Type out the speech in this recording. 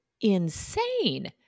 insane